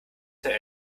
der